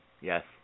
yes